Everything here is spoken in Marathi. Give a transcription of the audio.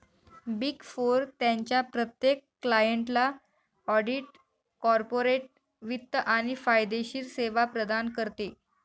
बिग फोर त्यांच्या प्रत्येक क्लायंटला ऑडिट, कॉर्पोरेट वित्त आणि कायदेशीर सेवा प्रदान करते